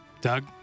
Doug